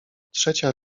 trzecia